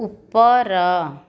ଉପର